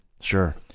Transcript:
Sure